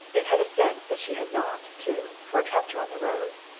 it had a sense that she had not, too, for it kept her on the road.